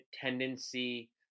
tendency